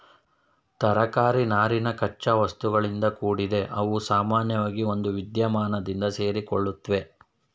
ತರಕಾರಿ ನಾರಿನ ಕಚ್ಚಾವಸ್ತುಗಳಿಂದ ಕೂಡಿದೆ ಅವುಸಾಮಾನ್ಯವಾಗಿ ಒಂದುವಿದ್ಯಮಾನದಿಂದ ಸೇರಿಕೊಳ್ಳುತ್ವೆ